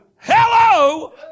Hello